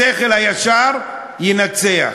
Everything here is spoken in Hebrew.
השכל הישר ינצח.